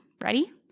ready